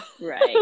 right